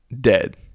dead